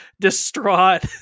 distraught